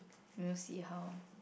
we will see how